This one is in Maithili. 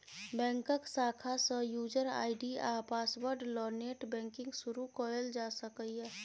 बैंकक शाखा सँ युजर आइ.डी आ पासवर्ड ल नेट बैंकिंग शुरु कयल जा सकैए